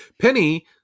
Penny